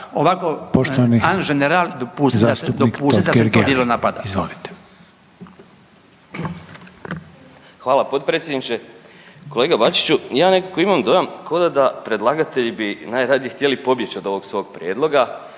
izvolite. **Totgergeli, Miro (HDZ)** Hvala potpredsjedniče. Kolega Bačiću, ja nekako imam dojam ko da predlagatelj bi najradije htjeli pobjeći od ovog svog prijedloga.